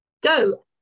go